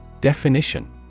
Definition